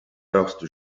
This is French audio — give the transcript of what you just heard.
hearst